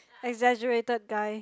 exaggerated guy